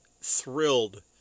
thrilled